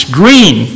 green